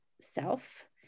self